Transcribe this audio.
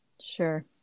Sure